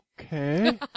Okay